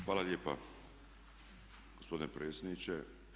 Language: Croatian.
Hvala lijepa gospodine predsjedniče.